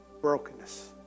brokenness